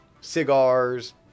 cigars